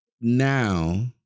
now